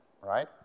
Right